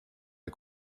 est